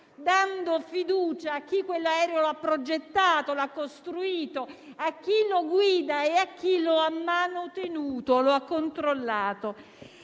dando fiducia a chi quell'aereo l'ha progettato e l'ha costruito, a chi lo guida e a chi lo ha manutenuto e controllato.